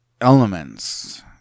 Elements